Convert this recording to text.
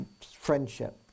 friendship